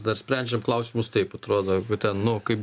dar sprendžiam klausimus taip atrodo jeigu ten kaip